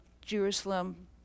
Jerusalem